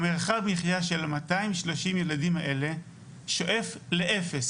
מרחב המחייה של 230 הילדים האלה שואף לאפס